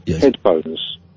headphones